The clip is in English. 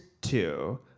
two